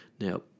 Now